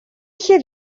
είχε